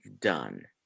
done